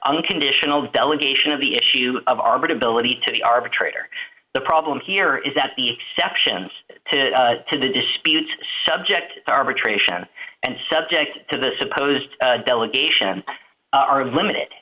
unconditional delegation of the issue of armored ability to the arbitrator the problem here is that the exceptions to the dispute subject arbitration and subject to the supposed delegation are limited